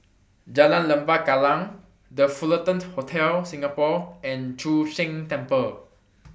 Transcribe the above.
Jalan Lembah Kallang The Fullerton Hotel Singapore and Chu Sheng Temple